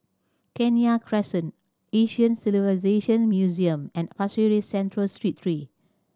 Kenya Crescent Asian Civilisation Museum and Pasir Ris Central Street three